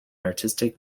artistic